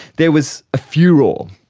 there was a furore,